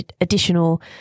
additional